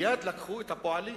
מייד לקחו את הפועלים,